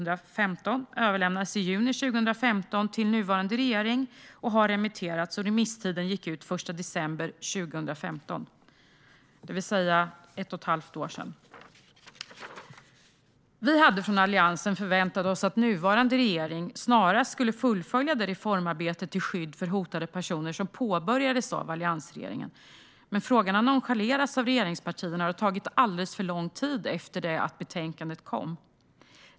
Det överlämnades i juni 2015 till nuvarande regering och har remitterats. Remisstiden gick ut den 1 december 2015, det vill säga för ett och ett halvt år sedan. Vi hade från Alliansen förväntat oss att nuvarande regering snarast skulle fullfölja det reformarbete till skydd för hotade personer som påbörjades av alliansregeringen. Men frågan har nonchalerats av regeringspartierna, och det har tagit alldeles för lång tid sedan betänkandet kom.